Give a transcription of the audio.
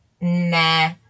nah